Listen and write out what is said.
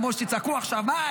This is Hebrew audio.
למרות שתצעקו עכשיו: מה,